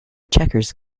checkers